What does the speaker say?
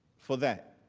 for that.